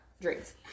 drinks